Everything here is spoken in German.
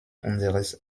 unseres